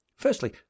Firstly